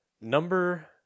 Number